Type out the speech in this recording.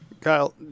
Kyle